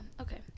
okay